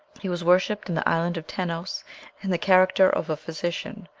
he was worshipped in the island of tenos in the character of a physician,